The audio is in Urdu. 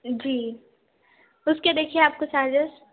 جی اس کے دیکھیے آپ کو چارجز